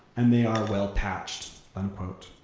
and they are well patched, unquote.